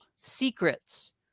secrets